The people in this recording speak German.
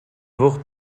wird